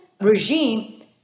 regime